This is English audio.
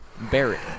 Barrett